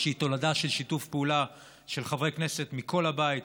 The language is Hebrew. שהיא תולדה של שיתוף פעולה של חברי כנסת מכל הבית,